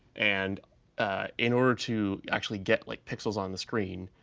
and in order to actually get like pixels on the screen,